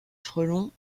frelons